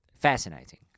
Fascinating